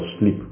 sleep